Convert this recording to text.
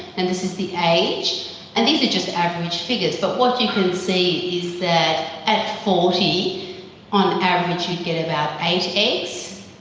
and this is the age. and these are just average figures, but what you can see is that at forty on average you'd get about eight eggs.